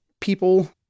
people